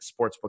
sportsbook